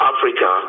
Africa